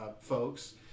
folks